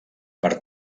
per